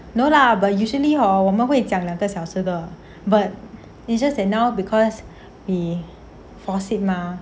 no lah but usually hor 我们会讲两个小时的 but it's just that now because 你 fall sick mah